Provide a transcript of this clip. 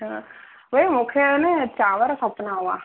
हा उहा ई मूंखे न चांवर खपंदा हुआ